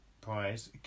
Prize